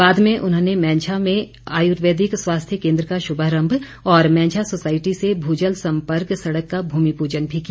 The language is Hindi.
बाद में उन्होंने मैंझा में आयुर्वेदिक स्वास्थ्य केन्द्र का शुभारंभ और मैंझा सोसायटी से भूजल संपर्क सड़क का भूमि पूजन भी किया